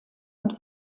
und